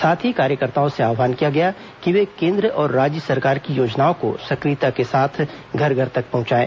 साथ ही कार्यकर्ताओं से आहवान किया गया कि वे केन्द्र और राज्य सरकार की योजनाओं को सक्रियता के साथ घर घर तक पहुंचाएं